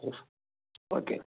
okay